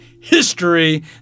history